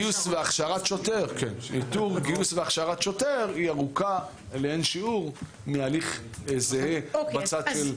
גיוס והכשרת שוטר היא ארוכה לאין שיעור מהליך זהה בצד של פקח.